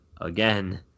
again